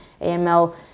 AML